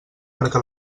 perquè